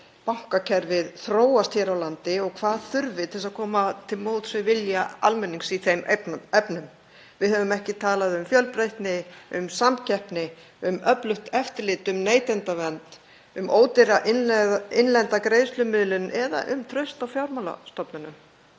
bankakerfið þróast hér á landi og hvað þurfi að gera til að koma til móts við vilja almennings í þeim efnum. Við höfum ekki talað um fjölbreytni, um samkeppni, um öflugt eftirlit, um neytendavernd, um ódýra innlenda greiðslumiðlun eða um traust á fjármálastofnunum,